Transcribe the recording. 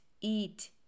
eat